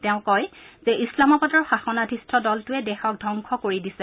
তেওঁ কয় যে ইছলামাবাদৰ শাসনাধিষ্ঠ দলটোৱে দেশক ধ্বংস কৰি দিছে